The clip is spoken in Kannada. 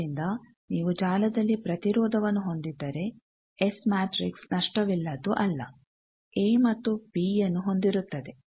ಆದ್ದರಿಂದ ನೀವು ಜಾಲದಲ್ಲಿ ಪ್ರತಿರೋಧವನ್ನು ಹೊಂದಿದ್ದರೆ ಎಸ್ ಮ್ಯಾಟ್ರಿಕ್ಸ್ ನಷ್ಟವಿಲ್ಲದ್ದು ಅಲ್ಲ ಎ ಮತ್ತು ಬಿಯನ್ನು ಹೊಂದಿರುತ್ತದೆ